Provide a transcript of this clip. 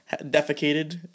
defecated